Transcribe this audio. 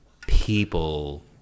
people